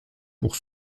pour